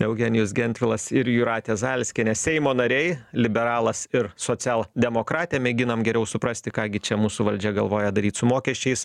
eugenijus gentvilas ir jūratė zailskienė seimo nariai liberalas ir socialdemokratė mėginam geriau suprasti ką gi čia mūsų valdžia galvoja daryt su mokesčiais